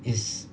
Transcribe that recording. is